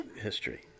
history